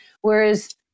Whereas